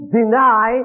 deny